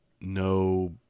no